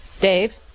Dave